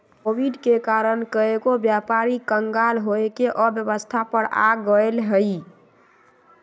Covid के कारण कएगो व्यापारी क़ँगाल होये के अवस्था पर आ गेल हइ